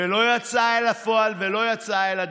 ולא יצאה אל הפועל ולא יצאה אל הדרך.